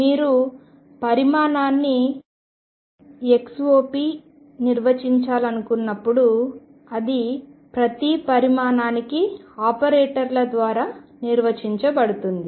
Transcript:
మీరు పరిమాణాన్ని xop నిర్వచించాలనుకున్నప్పుడు అది ప్రతి పరిమాణానికి ఆపరేటర్ల ద్వారా నిర్వచించబడుతుంది